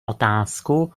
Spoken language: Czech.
otázku